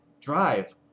drive